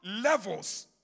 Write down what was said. levels